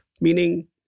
Meaning